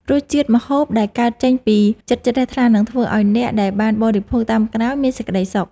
រសជាតិម្ហូបដែលកើតចេញពីចិត្តជ្រះថ្លានឹងធ្វើឱ្យអ្នកដែលបានបរិភោគតាមក្រោយមានសេចក្តីសុខ។